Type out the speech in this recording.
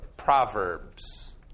proverbs